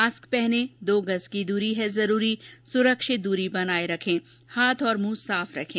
mask पहने दो गज़ की दूरी है जरूरी सुरक्षित दूरी बनाए रखें हाय और मुंह साफ रखें